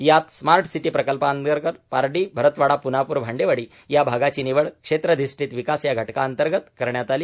यात smart city प्रकल्पांतर्गत पारडी भरतवाडा पुनापूर भांडेवाडी या भागाची निवड क्षेत्राधिष्ठीत विकास या घटकांतर्गत करण्यात आली